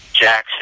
Jackson